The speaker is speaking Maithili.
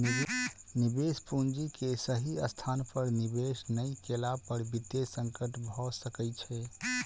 निवेश पूंजी के सही स्थान पर निवेश नै केला पर वित्तीय संकट भ सकै छै